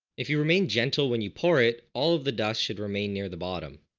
if you remain gentle when you pour it all of the dust should remain near the bottom.